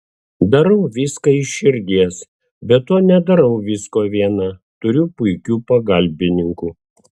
darau viską iš širdies be to nedarau visko viena turiu puikių pagalbininkų